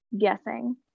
guessing